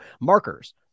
markers